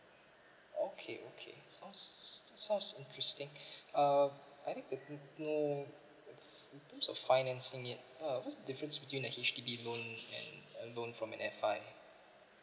okay okay sounds sounds interesting um I need to know some financing in uh what's the difference between a H_D_B loan and a loan from an F_I